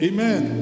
Amen